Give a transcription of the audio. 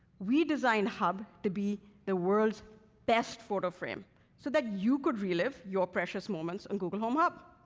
we designed hub to be the world's best photo frame so that you could relive your precious moments on google home hub.